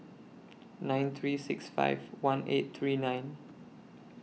nine three six five one eight three nine